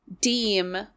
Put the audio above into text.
deem